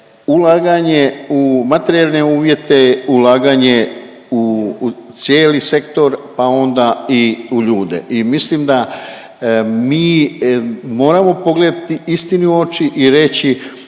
ulaganje u materijalne uvjete, ulaganje u cijeli sektor pa onda i u ljude i mislim da mi moramo pogledati istini u oči i reći